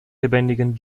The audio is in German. lebendigen